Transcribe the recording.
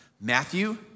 Matthew